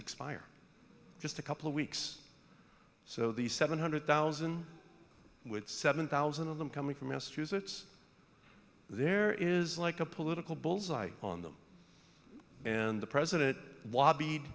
expire just a couple of weeks so the seven hundred thousand with seven thousand of them coming from massachusetts there is like a political bull's eye on them and the president